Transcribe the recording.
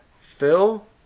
Phil